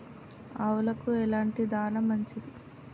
ఆవులకు ఎలాంటి దాణా మంచిది?